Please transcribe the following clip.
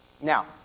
Now